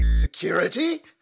Security